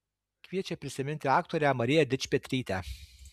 kviečia prisiminti aktorę mariją dičpetrytę